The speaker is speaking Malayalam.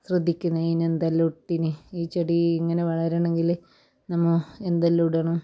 ശ്രദ്ധിക്കുന്നത് ഇതിനെന്തെല്ലാം ഇട്ടീനി ഈ ചെടി ഇങ്ങനെ വളരണമെങ്കിൽ നമ്മൾ എന്തെല്ലാം ഇടണം